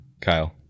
Kyle